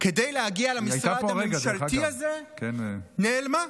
כדי להגיע למשרד הממשלתי הזה, נעלמה.